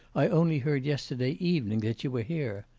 i only heard yesterday evening that you were here.